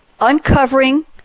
uncovering